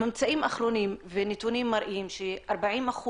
ממצאים אחרונים ונתונים מראים ש-40%